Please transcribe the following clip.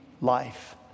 life